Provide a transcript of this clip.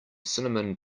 cinnamon